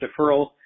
deferral